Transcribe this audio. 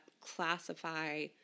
classify